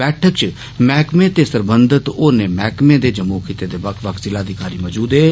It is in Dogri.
बैठक च मैहकमे ते सरबंधत होरनें मैहकमे दे जम्मू खित्ते दे बक्ख बक्ख ज़िला अधिकारी मौजूद हे